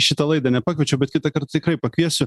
šitą laidą nepakviečiau bet kitąkart tikrai pakviesiu